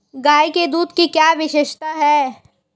गाय के दूध की क्या विशेषता है?